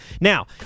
Now